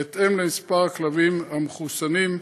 בהתאם למספר הכלבים המחוסנים,